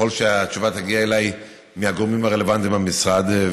כשהתשובה תגיע אליי מהגורמים הרלוונטיים במשרד.